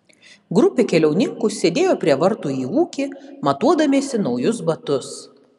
grupė keliauninkų sėdėjo prie vartų į ūkį matuodamiesi naujus batus